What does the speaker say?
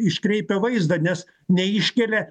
iškreipia vaizdą nes neiškelia